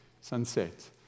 Sunset